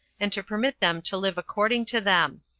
and to permit them to live according to them.